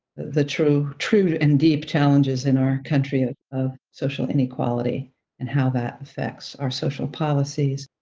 the true true and deep challenges in our country of social inequality and how that affects our social policies.